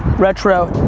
retro,